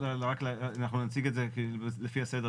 אנחנו נציג את זה לפי הסדר,